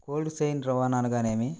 Cold chain రవాణా అనగా నేమి?